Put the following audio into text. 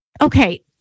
okay